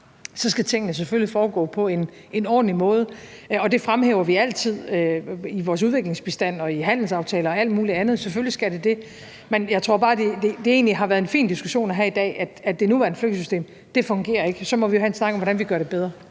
om, skal tingene selvfølgelig foregå på en ordentlig måde, og det fremhæver vi altid i vores udviklingsbistand og i handelsaftaler og i alt muligt andet, for selvfølgelig skal det det. Det har egentlig været en fin diskussion at have i dag om, at det nuværende flygtningesystem ikke fungerer, og så må vi jo have en snak om, hvordan vi gør det bedre.